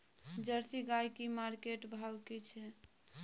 Jersey गाय की market भाव की छै?